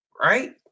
right